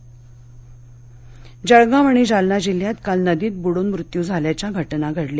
बुडून मृत्यू जळगाव आणि जालना जिल्ह्यात काल नदीत बुडून मृत्यू झाल्याच्या घटना घडल्या